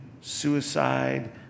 suicide